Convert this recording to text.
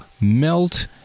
melt